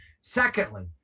Secondly